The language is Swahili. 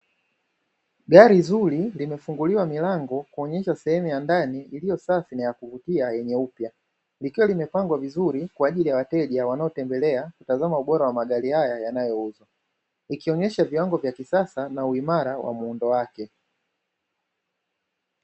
Gari zuri limefunguliwa milango kuonyesha sehemu ya ndani iliyo safi na ya kuvutia yenye upya, likiwa limepangwa vizuri kwa ajili ya wateja wanaotembelea kutazama ubora wa magari yanayouzwa, likionyesha viwango vya kisasa na uimara wa muundo wake.